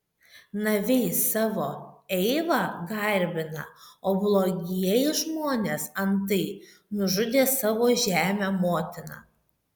naviai savo eivą garbina o blogieji žmonės antai nužudė savo žemę motiną